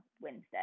Wednesday